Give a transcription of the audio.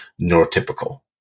neurotypical